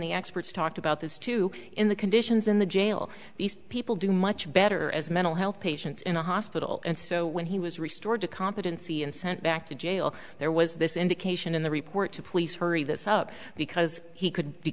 the experts talked about this too in the conditions in the jail these people do much better as mental health patients in a hospital and so when he was restored to competency and sent back to jail there was this indication in the report to police hurry this up because he could be